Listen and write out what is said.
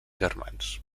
germans